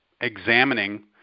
examining